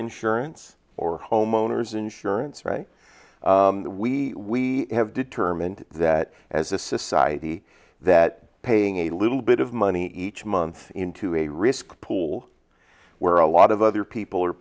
insurance or homeowner's insurance right we have determined that as a society that paying a little bit of money each month into a risk pool where a lot of other people are